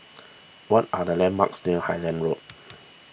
what are the landmarks near Highland Road